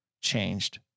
changed